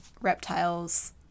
reptiles